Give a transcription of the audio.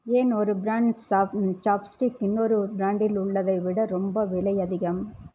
ஏன் ஒரு brand chopsticks இன்னொரு ப்ராண்டில் உள்ளதை விட ரொம்ப விலை அதிகம்